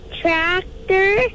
tractor